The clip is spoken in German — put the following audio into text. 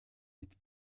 mit